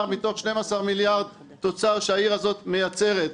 מתוך מיליארד 12 תוצר שהעיר הזאת מייצרת.